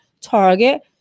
Target